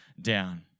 down